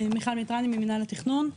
מיכל מטרני ממנהל התכנון.